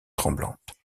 tremblante